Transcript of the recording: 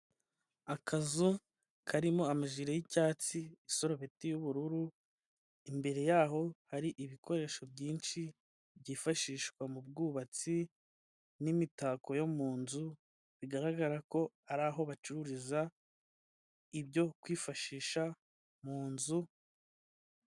Akazu karimo amajirie y'icyatsi, isarubeti y'ubururu imbere yaho hari ibikoresho byinshi byifashishwa mu bwubatsi n'imitako yo mu nzu, bigaragara ko ari aho bacururiza ibyo kwifashisha mu nzu.